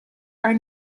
are